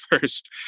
first